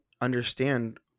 understand